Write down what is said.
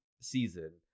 season